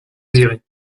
désirez